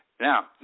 Now